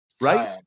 right